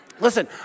Listen